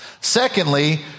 Secondly